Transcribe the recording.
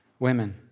Women